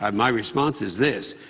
um my response is this,